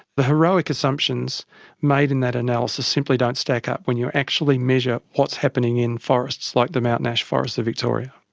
the heroic assumptions made in that analysis simply don't stack up when you actually measure what's happening in forests like the mountain ash forests of victoria.